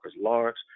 Lawrence